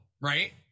right